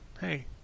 Hey